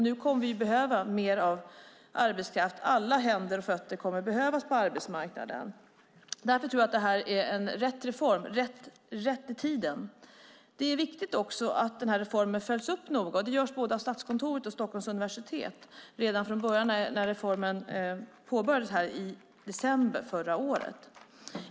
Nu kommer vi att behöva mer arbetskraft. Alla händer och fötter kommer att behövas på arbetsmarknaden. Därför tror jag att det här är rätt reform, att den är rätt i tiden. Det är också viktigt att reformen noga följs upp. Det har gjorts av både Statskontoret och Stockholms universitet redan från början, i december förra året.